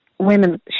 women